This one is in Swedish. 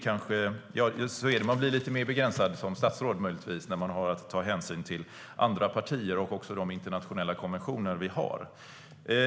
Man blir möjligtvis lite mer begränsad som statsråd, då man har att ta hänsyn till andra partier och även de internationella konventioner vi har.